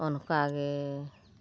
ᱚᱱᱠᱟ ᱜᱮ